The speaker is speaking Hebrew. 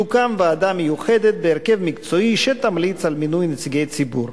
תוקם ועדה מיוחדת בהרכב מקצועי שתמליץ על מינוי נציגי הציבור.